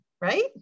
right